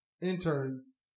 interns